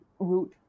Route